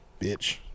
Bitch